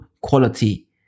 quality